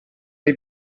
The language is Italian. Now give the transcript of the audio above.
dei